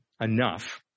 enough